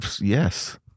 yes